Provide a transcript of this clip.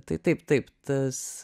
tai taip taip tas